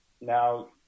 now